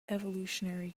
evolutionary